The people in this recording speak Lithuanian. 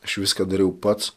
aš viską dariau pats